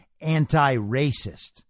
anti-racist